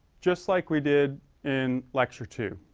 just like we did in lecture two.